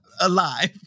alive